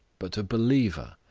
but a believer.